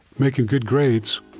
making good grades,